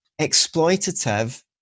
exploitative